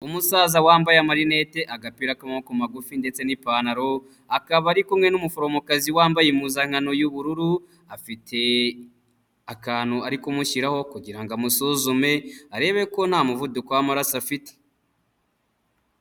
Umusaza wambaye marinete agapira k'moboko magufi ndetse n'ipantaro, akaba ari kumwe n'umuforomokazi wambaye impuzankano y'ubururu, afite akantu ari kumushyiraho kugira ngo amusuzume arebe ko nta muvuduko w'amaraso afite.